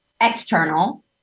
external